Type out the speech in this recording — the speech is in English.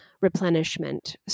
replenishment